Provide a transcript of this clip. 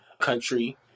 country